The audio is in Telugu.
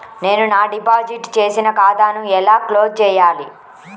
నేను నా డిపాజిట్ చేసిన ఖాతాను ఎలా క్లోజ్ చేయాలి?